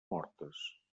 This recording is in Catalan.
mortes